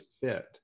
fit